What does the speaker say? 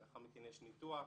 לאחר מכן יש ניתוח.